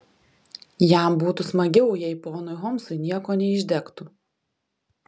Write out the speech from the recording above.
jam būtų smagiau jei ponui holmsui nieko neišdegtų